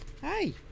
Hi